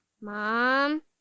Mom